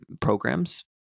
programs